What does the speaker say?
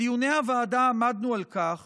בדיוני הוועדה עמדנו על כך